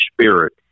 spirit